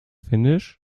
finnisch